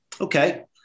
Okay